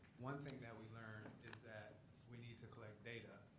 one thing that we learned is that we need to collect data